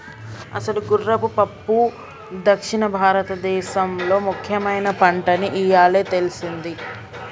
అసలు గుర్రపు పప్పు దక్షిణ భారతదేసంలో ముఖ్యమైన పంటని ఇయ్యాలే తెల్సింది